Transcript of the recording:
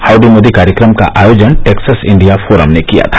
Howdy Modi कार्यक्रम का आयोजन टैक्सस इंडिया फोरम ने किया था